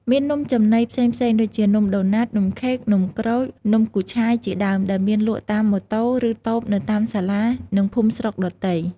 មាននំចំណីផ្សេងៗដូចជានំដូណាត់ នំខេក នំក្រូច នំគូឆាយជាដើម ដែលមានលក់តាមម៉ូតូឫតូបនៅតាមសាលានិងភូមិស្រុកដទៃ។